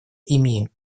имеем